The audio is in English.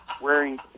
wearing